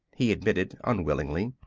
he admitted unwillingly.